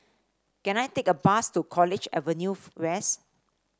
can I take a bus to College Avenue West